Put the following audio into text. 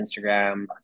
instagram